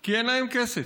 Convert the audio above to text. כי אין להם כסף.